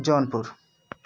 Jaunpur